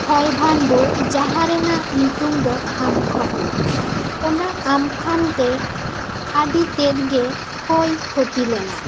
ᱦᱚᱭ ᱵᱷᱟᱨᱱᱰᱚ ᱡᱟᱦᱟᱸ ᱨᱮᱱᱟᱜ ᱧᱩᱛᱩᱢ ᱫᱚ ᱟᱢᱯᱷᱟᱱ ᱚᱱᱟ ᱟᱢᱯᱷᱟᱱ ᱛᱮ ᱟᱹᱰᱤ ᱛᱮᱫ ᱜᱮ ᱠᱷᱚᱭ ᱠᱷᱩᱛᱤ ᱞᱮᱱᱟ